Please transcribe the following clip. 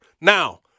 Now